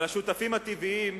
על השותפים הטבעיים